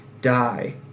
die